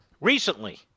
recently